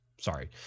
sorry